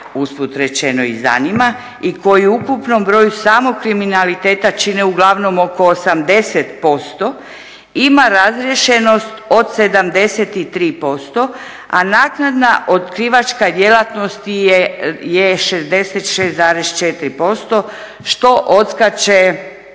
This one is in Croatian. usput rečeno i zanima i koji u ukupnom broju samo kriminaliteta čine uglavnom oko 80% ima razriješenost od 73% a naknadna otkrivačka djelatnost je 66,4% što odskače